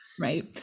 right